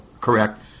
correct